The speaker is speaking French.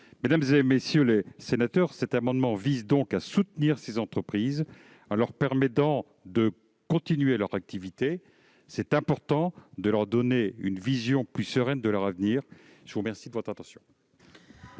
Mesdames, messieurs les sénateurs, cet amendement vise donc à soutenir ces entreprises en leur permettant de continuer leur activité. Il est important de leur donner une vision plus sereine de leur avenir. Il faut faire pareil